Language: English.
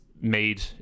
made